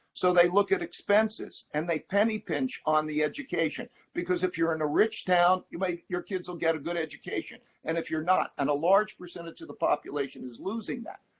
so they look at expenses. and they penny-pinch on the education. because if you're in a rich town, your like your kids will get a good education. and if you're not and a large percentage of the population is losing that.